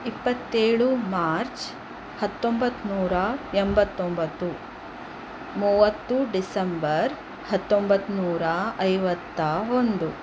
ಇಪ್ಪತ್ತೇಳು ಮಾರ್ಚ್ ಹತ್ತೊಂಬತ್ತು ನೂರ ಎಂಬತ್ತೊಂಬತ್ತು ಮೂವತ್ತು ಡಿಸೆಂಬರ್ ಹತ್ತೊಂಬತ್ತು ನೂರ ಐವತ್ತ ಒಂದು